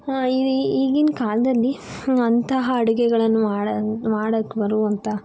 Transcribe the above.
ಈ ಈ ಈಗಿನ ಕಾಲದಲ್ಲಿ ಅಂತಹ ಅಡುಗೆಗಳನ್ನು ಮಾಡ ಮಾಡೋಕ್ಕೆ ಬರುವಂಥ